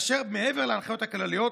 מעבר להנחיות הכלליות